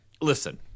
Listen